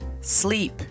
Sleep